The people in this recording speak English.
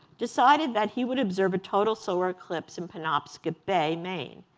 decided that he would observe a total solar eclipse in penobscot bay, maine,